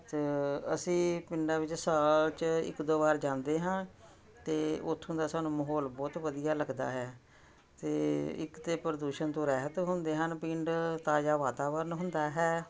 ਚ ਅਸੀਂ ਪਿੰਡਾਂ ਵਿੱਚ ਸਾਲ 'ਚ ਇੱਕ ਦੋ ਵਾਰ ਜਾਂਦੇ ਹਾਂ ਅਤੇ ਉੱਥੋਂ ਦਾ ਸਾਨੂੰ ਮਾਹੌਲ ਬਹੁਤ ਵਧੀਆ ਲੱਗਦਾ ਹੈ ਅਤੇ ਇੱਕ ਤਾਂ ਪ੍ਰਦੂਸ਼ਣ ਤੋਂ ਰਹਿਤ ਹੁੰਦੇ ਹਨ ਪਿੰਡ ਤਾਜ਼ਾ ਵਾਤਾਵਰਨ ਹੁੰਦਾ ਹੈ